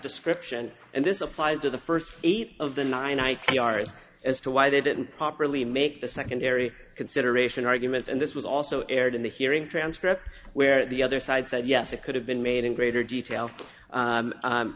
description and this applies to the first eight of the nine i chiari as to why they didn't properly make the secondary consideration argument and this was also aired in the hearing transcript where the other side said yes it could have been made in greater detail